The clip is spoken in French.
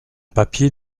papier